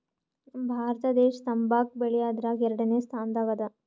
ನಮ್ ಭಾರತ ದೇಶ್ ತಂಬಾಕ್ ಬೆಳ್ಯಾದ್ರಗ್ ಎರಡನೇ ಸ್ತಾನದಾಗ್ ಅದಾ